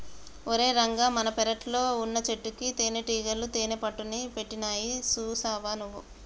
ఓరై రంగ మన పెరట్లో వున్నచెట్టుకి తేనటీగలు తేనెపట్టుని పెట్టినాయి సూసావా నువ్వు